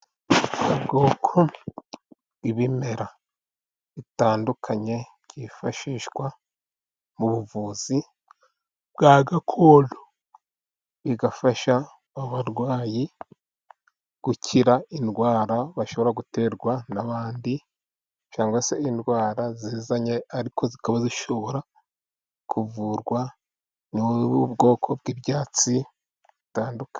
Ubwoko bw'ibimera bitandukanye, byifashishwa mu buvuzi bwa gakondo ,bigafasha abarwayi gukira indwara, bashobora guterwa n'abandi, cyangwa se indwara zizanye ariko zikaba zishobora kuvurwa, n'ubu bwoko bw'ibyatsi bitandukanye.